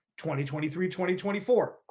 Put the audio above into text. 2023-2024